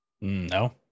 No